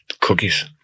cookies